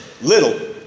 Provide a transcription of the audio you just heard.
little